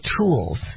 tools